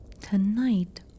Tonight